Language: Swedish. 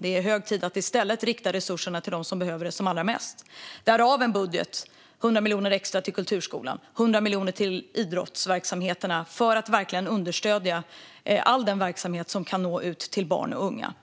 Det är hög tid att i stället rikta resurserna till dem som behöver det allra mest, därav en budget på 100 miljoner extra till kulturskolan och 100 miljoner till idrottsverksamheterna för att understödja all verksamhet som kan nå ut till barn och unga.